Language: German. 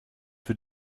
für